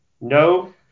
No